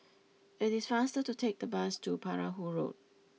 it is faster to take the bus to Perahu Road